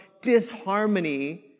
disharmony